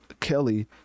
kelly